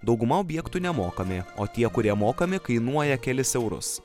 dauguma objektų nemokami o tie kurie mokami kainuoja kelis eurus